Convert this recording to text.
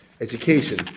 education